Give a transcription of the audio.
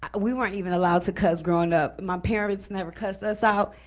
ah we weren't even allowed to cuss growing up. my parents never cussed us out,